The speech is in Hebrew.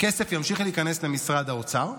הכסף ימשיך להיכנס למשרד האוצר,